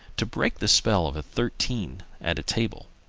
to break the spell of thirteen at table,